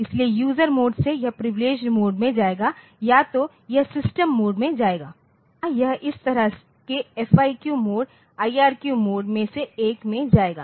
इसलिए user mode से यह प्रिविलेडगेड मोड में जाएगा या तो यह सिस्टम मोड में जाएगा या यह इस तरह के FIQ मोड IRQ मोड में से एक में जाएगा